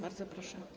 Bardzo proszę.